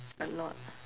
a lot